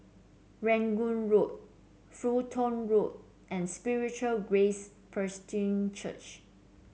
Rangoon Road Fulton Road and Spiritual Grace Presbyterian Church